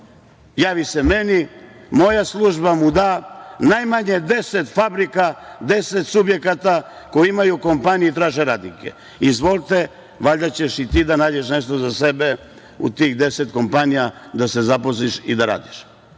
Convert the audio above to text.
javi se meni, moja služba mu da najmanje 10 fabrika, 10 subjekata koji imaju kompanije i traže radnike. Izvolte, valjda ćeš i ti da nađeš nešto za sebe u tih 10 kompanija da se zaposliš i da radiš. Kako